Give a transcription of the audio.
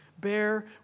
bear